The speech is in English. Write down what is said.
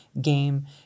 game